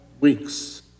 weeks